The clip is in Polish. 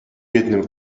jednym